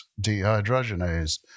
dehydrogenase